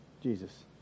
Jesus